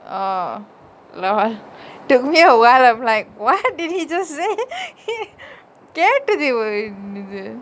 oh LOL took me awhile I was like what did he just say கேட்டுது:ketuthu oh and இது:ithu